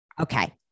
Okay